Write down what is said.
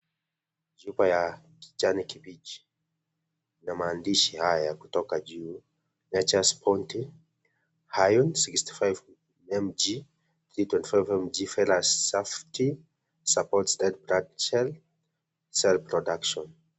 Chupa ya kijani kibichi na maandishi haya ya kutoka juu (cs)Nature's Bounty Iron sixty five mg three twenty five mg ferrous sulphate, support red blood cell production(cs)